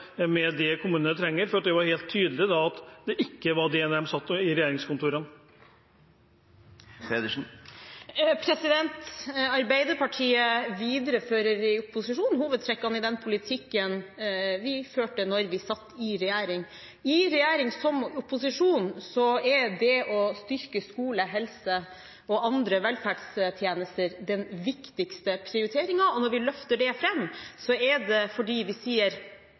med det kommunene trenger? Det er helt tydelig at det ikke skjedde da de satt i regjeringskontorene. Arbeiderpartiet viderefører i opposisjon hovedtrekkene i den politikken vi førte da vi satt i regjering. I regjering, som i opposisjon, er det å styrke skole, helse og andre velferdstjenester den viktigste prioriteringen. Når vi løfter det fram, er det fordi vi sier